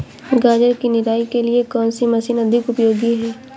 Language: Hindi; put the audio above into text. गाजर की निराई के लिए कौन सी मशीन अधिक उपयोगी है?